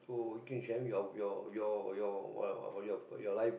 so in sharing your your your your wh~ wha~ about your life